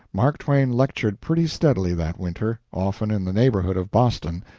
mark twain lectured pretty steadily that winter, often in the neighborhood of boston,